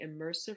immersive